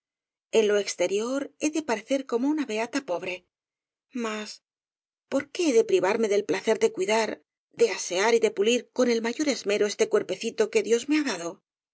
en lo exterior he de parecer como una beata pobre mas por qué he de privarme del placer de cuidar de asear y de pulir con el mayor esmero este cuerpecito que dios me ha dado